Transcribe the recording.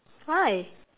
why